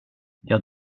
jag